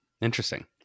Interesting